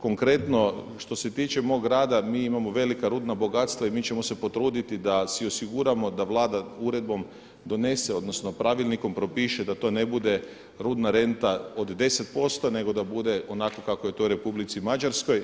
Konkretno što se tiče mog rada mi imamo velika rudna bogatstva i mi ćemo se potruditi da si osiguramo da Vlada uredbom donese, odnosno pravilnikom propiše da to ne bude rudna renta od 10% nego da bude onako kako je u Republici Mađarskoj.